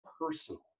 personal